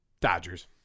Dodgers